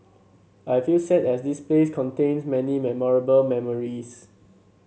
I feel sad as this place contain many memorable memories